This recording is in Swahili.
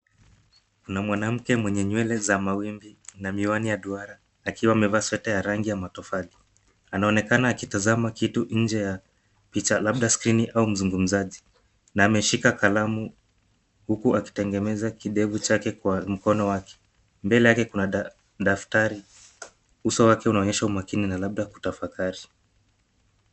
Kuna mwanamke mwenye nywele za mawimbi na miwani ya duara. Akiwa amevaa sweta ya rangi ya matofali. Anaonekana akitazama kitu nje ya picha labda skrini au mzungumzaji na ameshika kalamu huku akitengemeza kidevu chake kwa mkono wake. Mbele yake kuna daftari, uso wake unaonyesha umakini na labda kutafakari